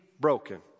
broken